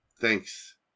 thanks